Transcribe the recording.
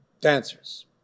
dancers